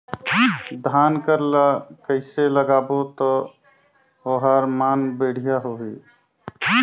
धान कर ला कइसे लगाबो ता ओहार मान बेडिया होही?